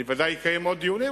אני ודאי אקיים עוד דיונים,